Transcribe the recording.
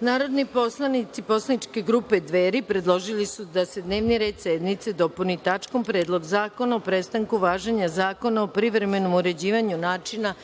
Narodni poslanici poslaničke grupe „Dveri“ predložili se da se dnevni red sednice dopuni tačkom Predlog zakona o prestanku važenja Zakona o privremenom uređivanju načina